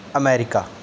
America